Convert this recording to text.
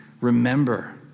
Remember